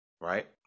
right